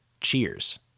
Cheers